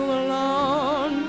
alone